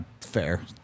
fair